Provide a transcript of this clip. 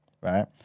right